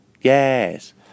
yes